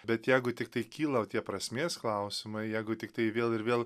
bet jeigu tiktai kyla va tie prasmės klausimai jeigu tiktai vėl ir vėl